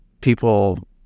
people